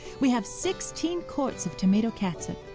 we have sixteen quarts of tomato catsup.